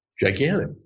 Gigantic